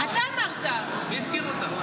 מי הזכיר אותך?